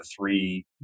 three